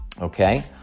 okay